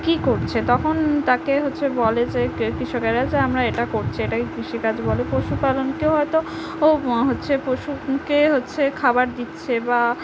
কী করছে তখন তাকে হচ্ছে বলে যে কৃষকেরা যে আমরা এটা করছি এটাকে কৃষিকাজ বলে পশুপালনকেও হয়তো ও হচ্ছে পশুকে হচ্ছে খাবার দিচ্ছে বা